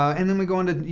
and then we go onto, you